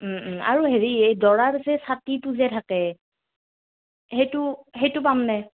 আৰু হেৰি এই দৰাৰ যে ছাতিটো যে থাকে সেইটো সেইটো পাম নে